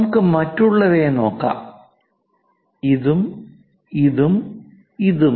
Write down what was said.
നമുക്ക് മറ്റുള്ളവയെ നോക്കാം ഇതും ഇതും ഇതും